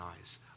eyes